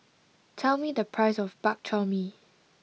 tell me the price of Bak Chor Mee